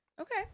okay